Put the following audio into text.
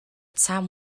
time